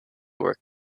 work